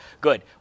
Good